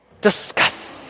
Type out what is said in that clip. Discuss